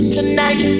Tonight